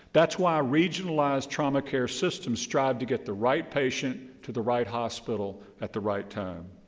that's why regionalized trauma care systems strive to get the right patient to the right hospital at the right time.